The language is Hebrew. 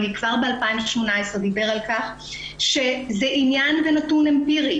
כבר ב-2018 דיבר על כך שזה עניין ונתון אמפירי